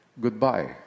goodbye